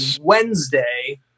Wednesday